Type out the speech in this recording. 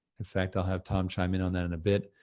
in fact, i'll have tom chime in on that in a bit.